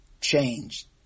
changed